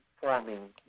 forming